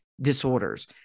disorders